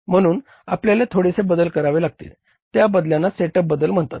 म्हणून आपल्याला थोडेसे बदल करावे लागतील त्या बदलांना सेटअप बदल म्हणतात